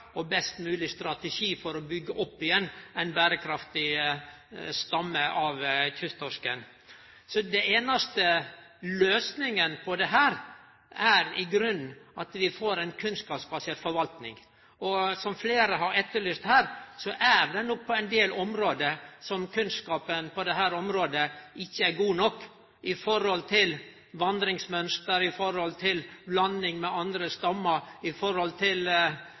og til best mogleg strategi for å byggje opp att ein berekraftig stamme av kysttorsken. Den einaste løysinga på dette er i grunnen at vi får ei kunnskapsbasert forvaltning. Som fleire har etterlyst her, er nok ikkje kunnskapen god nok på ein del område – når det gjeld vandringsmønster, når det